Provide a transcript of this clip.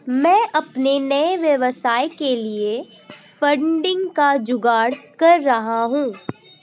मैं अपने नए व्यवसाय के लिए फंडिंग का जुगाड़ कर रही हूं